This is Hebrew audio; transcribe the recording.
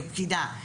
כפקידה,